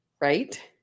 right